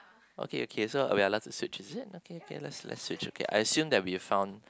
okay okay so we are allowed to switch is it okay okay let's let's switch okay I assume we found